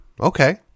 Okay